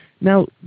Now